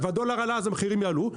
והדולר עלה אז המחירים יעלו.